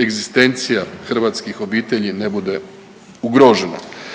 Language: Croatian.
egzistencija hrvatskih obitelji ne bude ugrožena.